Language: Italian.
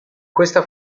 questa